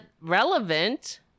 relevant